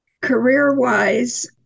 Career-wise